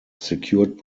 secured